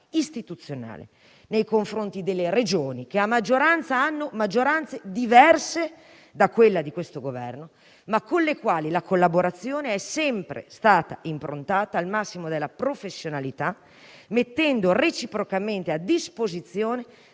istituzionale nei confronti delle Regioni, che per la maggior parte hanno maggioranze diverse da quella di questo Governo, ma con le quali la collaborazione è sempre stata improntata alla massima professionalità, mettendo reciprocamente a disposizione